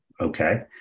Okay